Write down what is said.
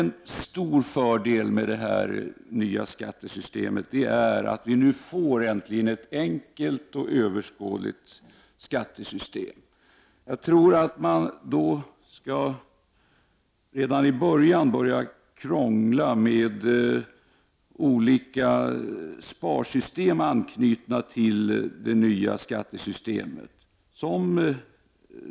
En stor fördel med det nya skattesystemet tror jag är att vi nu äntligen får ett enkelt och överskådligt skattesystem. Jag tycker då inte att det är så lyckat att redan i början krångla med olika sparsystem anknutna till det nya skattesystemet.